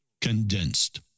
condensed